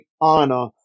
honor